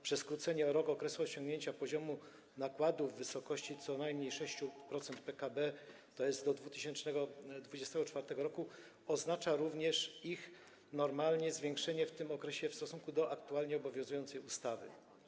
Przy skróceniu o rok okresu osiągnięcia poziomu nakładów w wysokości co najmniej 6% PKB, tj. do 2024 r., oznacza to również ich normalne zwiększenie w tym okresie w stosunku do aktualnie obowiązującej ustawy.